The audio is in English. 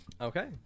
Okay